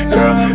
Girl